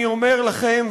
אני אומר לכם,